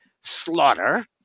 slaughter